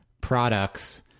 products